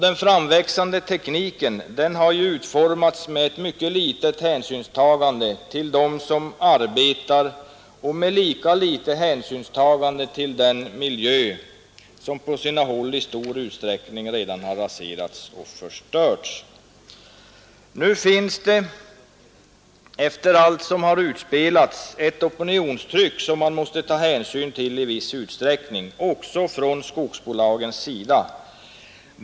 Den framväxande tekniken har utformats med ytterst litet hänsynstagande till dem som arbetar och med lika litet hänsynstagande till miljön, som på sina håll i stor utsträckning redan har raserats och förstörts. Nu finns det, efter allt som har skett, ett opinionstryck som man måste ta hänsyn till i viss utsträckning också från skogsbolagens sida.